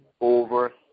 over